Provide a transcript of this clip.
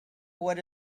what